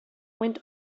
went